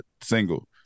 single